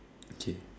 okay